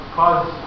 cause